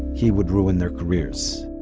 he would ruin their careers